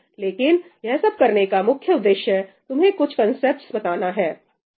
लेकिन यह सब करने का मुख्य उद्देश्य तुम्हें कुछ कॉन्सेप्ट्स बताना है ठीक